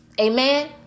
Amen